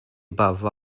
above